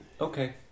Okay